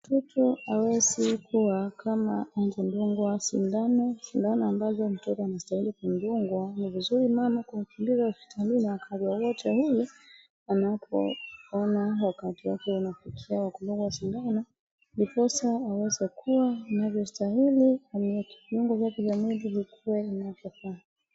mtoto hawezi kuwa kama hajadungwa sindano, sindano ambazo mtoto anastahili kudungwa ni vizuri mama kumkimbiza hospitalini wakati wowote ule anapoona wakati wake umefika wa kudungwa sindano ndiposa aweze kuwa wakati inavyostahili na viungo vyake vya mwili viwe inavyo faa